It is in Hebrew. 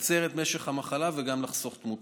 לקצר את משך המחלה וגם לחסוך תמותה.